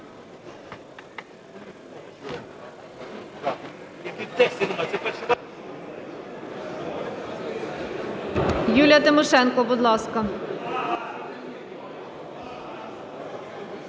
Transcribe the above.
Юлія Тимошенко, будь ласка.